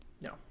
No